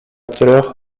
трех